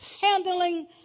handling